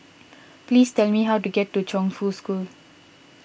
please tell me how to get to Chongfu School